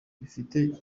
bifite